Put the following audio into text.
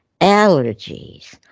allergies